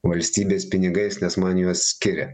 valstybės pinigais nes man juos skiria